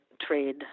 trade